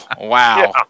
Wow